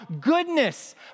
goodness